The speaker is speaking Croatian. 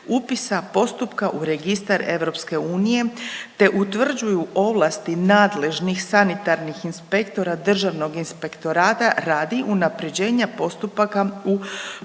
upisa postupka u registar EU te utvrđuju ovlasti nadležnih sanitarnih inspektora Državnog inspektorata radi unaprjeđenja postupaka u